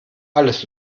alles